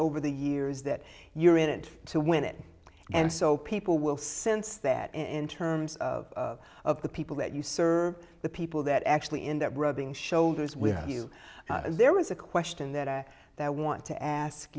over the years that you're in it to win it and so people will sense that in terms of the people that you serve the people that actually end up rubbing shoulders with you there is a question that i that want to ask